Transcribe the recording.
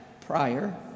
prior